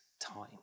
time